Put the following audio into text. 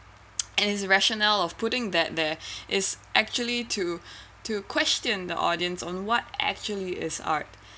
and it's rationale of putting that there is actually to to question the audience on what actually is art